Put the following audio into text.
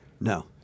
No